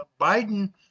Biden